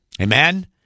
Amen